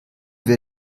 wir